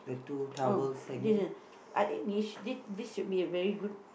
oh this one I think this this should be a very good